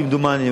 כמדומני,